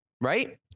right